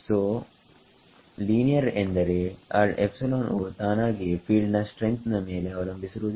ಸೋಲೀನಿಯರ್ ಎಂದರೆ ಆ ಎಪ್ಸಿಲೋನ್ ವು ತಾನಾಗಿಯೇ ಫೀಲ್ಡ್ ನ ಸ್ಟ್ರೆಂತ್ ನ ಮೇಲೆ ಅವಲಂಬಿಸಿರುವುದಿಲ್ಲ